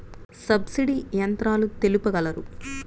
Subsidy యంత్రాలు తెలుపగలరు?